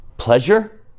Pleasure